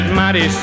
mighty